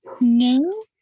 no